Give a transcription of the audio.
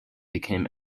became